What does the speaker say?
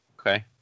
okay